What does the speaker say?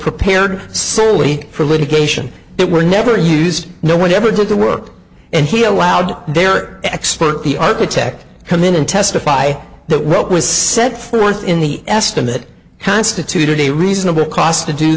prepared silly for litigation that were never used no one ever did the work and he allowed their expert the architect come in and testify that what was set forth in the estimate constituted a reasonable cost to do